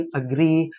agree